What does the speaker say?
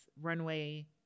runway